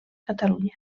catalunya